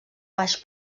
baix